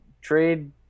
trade